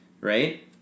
right